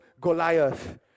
goliath